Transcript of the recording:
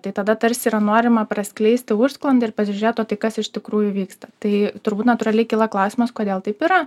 tai tada tarsi yra norima praskleisti užsklandą ir pasižiūrėt o tai kas iš tikrųjų vyksta tai turbūt natūraliai kyla klausimas kodėl taip yra